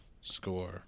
score